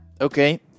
Okay